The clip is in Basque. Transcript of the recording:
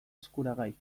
eskuragai